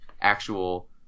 actual